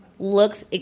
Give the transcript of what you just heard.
Looks